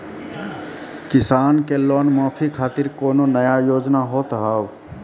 किसान के लोन माफी खातिर कोनो नया योजना होत हाव?